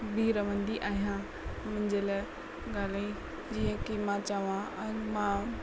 बीह रहंदी आहियां मुंहिंजे लाइ ॻाल्हाइ जीअं की मां चवा अॼु मां